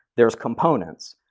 there's components,